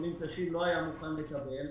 חולים קשים לא היה מוכן לקבל,